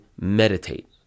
meditate